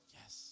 Yes